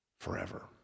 forever